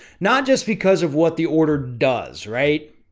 not just because of what the order does, right?